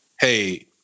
hey